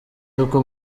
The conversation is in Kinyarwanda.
yuko